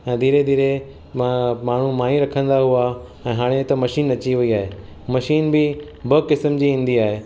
ऐं धीरे धीरे मा माण्हूं माईयूं रखंदा हुआ ऐं हाणे त मशीन अची वई आहे मशीन बि ॿ किसमु जी ईंदी आहे